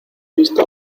visto